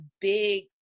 big